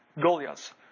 Goliath